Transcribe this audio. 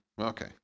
Okay